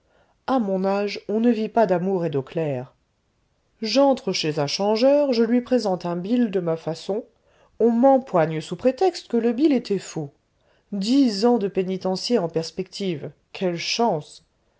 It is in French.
a mon âge on ne vit pas d'amour et d'eau claire j'entre chez un changeur je lui présente un bill de ma façon on m'empoigne sous prétexte que le bill était faux dix ans de pénitencier en perspective quelle chance